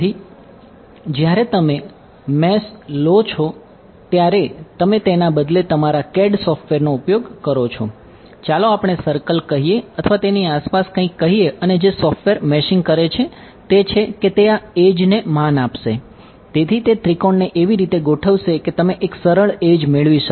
તેથી જ્યારે તમે મેશ લો છો ત્યારે તમે તેના બદલે તમારા CAD સોફ્ટવેરનો ઉપયોગ કરો છો ચાલો આપણે સર્કલ કહીએ અથવા તેની આસપાસ કંઇક કહીએ અને જે સોફ્ટવેર મેશિંગ કરશે તે છે કે તે આ એડ્જ મેળવી શકો